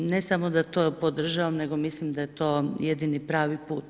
Ne samo da to podržavam nego mislim da je to jedini pravi put.